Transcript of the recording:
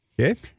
Okay